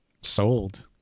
sold